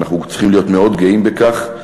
ואנחנו צריכים להיות מאוד גאים בכך,